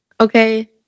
okay